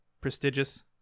prestigious